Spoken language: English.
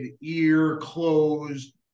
ear-closed